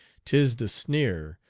tis the sneer,